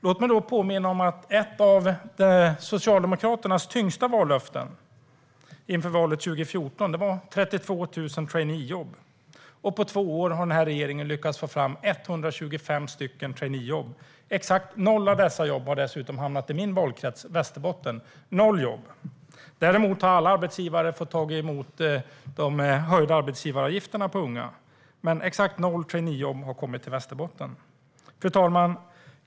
Låt mig då påminna om att ett av Socialdemokraternas tyngsta vallöften inför valet 2014 var 32 000 traineejobb. På två år har den här regeringen lyckats få fram 125 traineejobb. Exakt noll av dessa jobb har dessutom hamnat i valkretsen Västerbottens län - noll jobb! Däremot har alla arbetsgivare fått ta emot de höjda arbetsgivaravgifterna för unga. Men det har alltså kommit exakt noll traineejobb till Västerbotten. Fru talman!